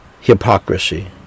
hypocrisy